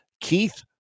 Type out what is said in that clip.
Keith